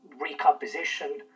recomposition